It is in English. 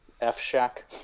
F-Shack